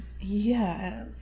Yes